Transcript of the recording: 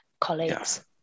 colleagues